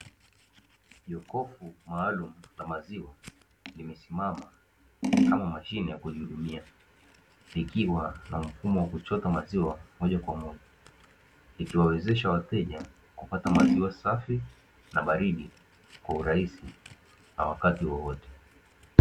Jokofu maalumu la maziwa limesimama kama mashine ya kujihudumia, likiwa na mfumo wa kuchota maziwa moja kwa moja ikiwawezesha kupata maziwa safi na baridi kwa urahisi na wakati wowote.